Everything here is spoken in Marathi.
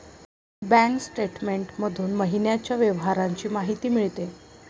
बँक स्टेटमेंट मधून महिन्याच्या व्यवहारांची माहिती मिळते